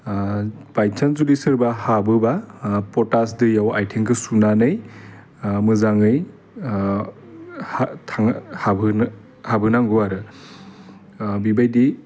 by chance जुदि सोरबा हाबोबा पटास दैआव आइथेंखौ सुनानै मोजाङै हा थां हाबहोनो हाबहोनांगौ आरो बिबायदि